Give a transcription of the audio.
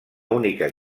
única